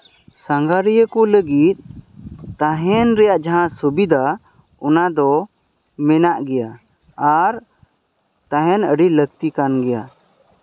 ᱥᱟᱸᱜᱷᱟᱨᱤᱭᱟᱹ ᱠᱚ ᱞᱟᱹᱜᱤᱫ ᱛᱟᱦᱮᱱ ᱨᱮᱭᱟᱜ ᱡᱟᱦᱟᱸ ᱥᱩᱵᱤᱫᱷᱟ ᱚᱱᱟᱫᱚ ᱢᱮᱱᱟᱜ ᱜᱮᱭᱟ ᱟᱨ ᱛᱟᱦᱮᱱ ᱟᱹᱰᱤ ᱞᱟᱹᱠᱛᱤ ᱠᱟᱱ ᱜᱮᱭᱟ